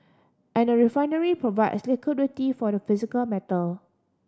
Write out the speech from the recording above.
and a refinery provides liquidity for the physical metal